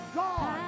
god